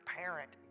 parent